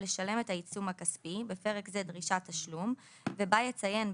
לשלם את העיצום הכספי (בפרק זה דרישת תשלום) ובה יציין,